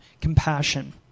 compassion